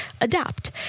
adapt